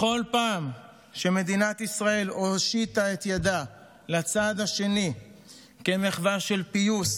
בכל פעם שמדינת ישראל הושיטה את ידה לצד השני כמחווה של פיוס,